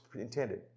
intended